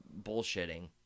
bullshitting